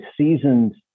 seasoned